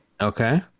Okay